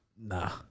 Nah